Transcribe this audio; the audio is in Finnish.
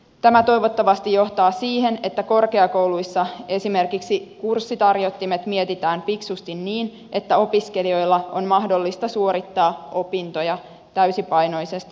tämä toivottavasti johtaa siihen että korkeakouluissa esimerkiksi kurssitarjottimet mietitään fiksusti niin että opiskelijoiden on mahdollista suorittaa opintoja täysipainoisesti